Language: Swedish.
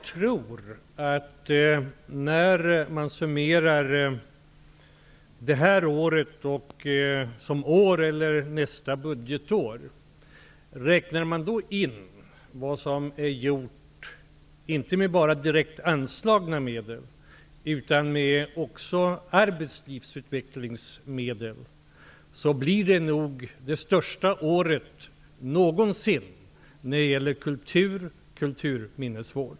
Fru talman! Jag tror att när man summerar inte bara direkt anslagna medel utan också arbetslivsutvecklingsmedel för det här året och nästa budgetår, blir nog detta år det största år någonsin när det gäller kultur och kulturminnesvård.